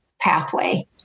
pathway